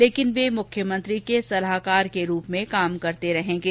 लेकिन वे मुख्यमंत्री के सलाहकार के रूप में काम करते रहेंगे